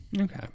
Okay